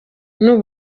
n’u